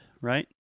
right